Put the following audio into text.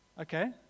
Okay